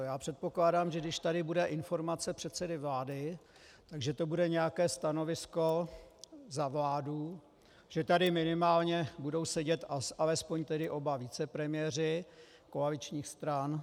Já předpokládám, že když tady bude informace předsedy vlády, tak že to bude nějaké stanovisko za vládu, že tady minimálně budou sedět alespoň tedy oba vicepremiéři koaličních stran.